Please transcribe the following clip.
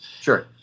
Sure